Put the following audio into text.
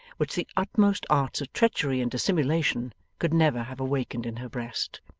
which the utmost arts of treachery and dissimulation could never have awakened in her breast.